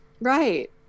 Right